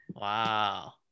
Wow